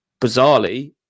bizarrely